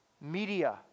media